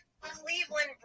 Cleveland